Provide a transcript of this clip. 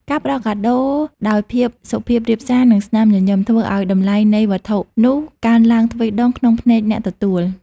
ការផ្ដល់កាដូដោយភាពសុភាពរាបសារ និងស្នាមញញឹម ធ្វើឱ្យតម្លៃនៃវត្ថុនោះកើនឡើងទ្វេដងក្នុងភ្នែកអ្នកទទួល។